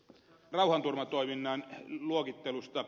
rauhanturvatoiminnan luokittelusta